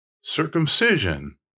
Circumcision